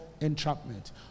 entrapment